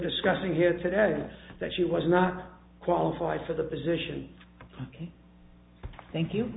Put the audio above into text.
discussing here today that she was not qualified for the position ok thank you